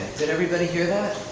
did everybody hear that?